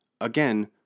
Again